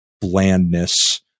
blandness